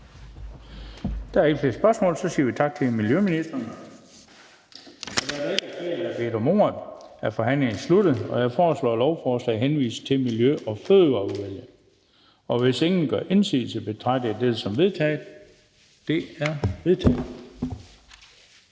Der er ikke flere spørgsmål, så vi siger tak til miljøministeren.